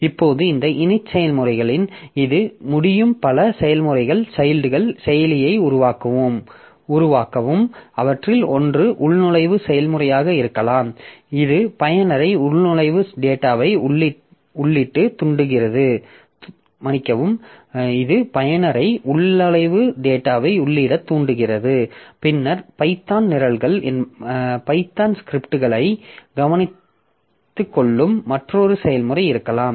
இப்போது இந்த init செயல்முறைகள் இது முடியும் பல செயல்முறைகள் சைல்ட்கள் செயலியை உருவாக்கவும் அவற்றில் ஒன்று உள்நுழைவு செயல்முறையாக இருக்கலாம் இது பயனரை உள்நுழைவு டேட்டாவை உள்ளிட தூண்டுகிறது பின்னர் பைதான் நிரல்கள் பைதான் ஸ்கிரிப்ட்களை கவனித்துக்கொள்ளும் மற்றொரு செயல்முறை இருக்கலாம்